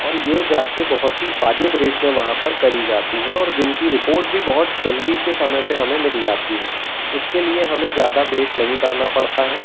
और ये जाँचें बहुत ही वाजिब रेट में वहाँ पर करी जाती हैं और जिनकी रिपोर्ट भी बहुत जल्दी के समय पर हमें मिल जाती है इसके लिए हमें ज़्यादा वेट नहीं करना पड़ता है